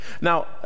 Now